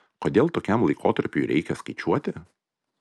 kodėl tokiam laikotarpiui reikia skaičiuoti